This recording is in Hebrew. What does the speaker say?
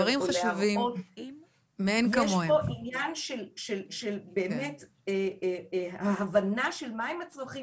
יש פה עניין של באמת ההבנה של מה הם הצרכים